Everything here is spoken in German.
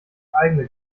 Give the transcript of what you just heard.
eigene